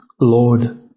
Lord